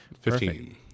Fifteen